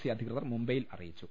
C അധികൃതർ മുംബൈയിൽ അറി യിച്ചു